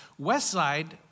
Westside